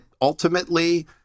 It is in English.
ultimately